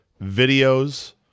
videos